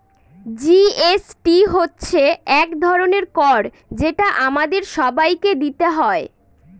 GST হচ্ছে এক ধরনের কর যেটা আমাদের সবাইকে দিতে হয়